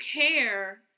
care